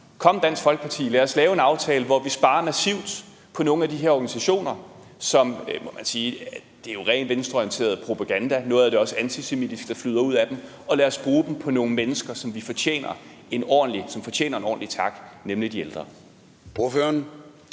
Kom, Dansk Folkeparti, lad os lave en aftale, hvor vi sparer massivt på nogle af de her organisationer, hvor man må sige, at noget af det, der flyder ud af dem, er rent venstreorienteret propaganda, noget af det er også antisemitisk, og lad os bruge dem på nogle mennesker, som fortjener en ordentlig tak, nemlig de ældre.